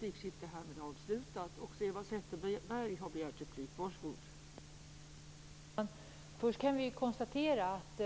Fru talman! Först kan vi konstatera att